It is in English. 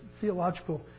theological